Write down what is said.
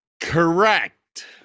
Correct